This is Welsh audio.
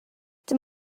dim